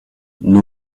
nos